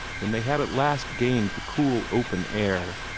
when they had at last gained the cool open air,